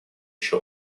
еще